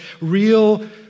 real